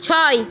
ছয়